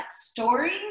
stories